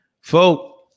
Folk